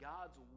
God's